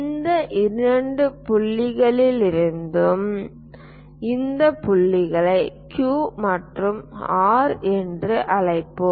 இந்த இரண்டு புள்ளிகளிலிருந்தும் இந்த புள்ளிகளை Q மற்றும் R என்று அழைப்போம்